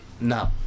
No